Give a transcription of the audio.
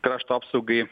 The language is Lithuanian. krašto apsaugai